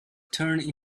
turned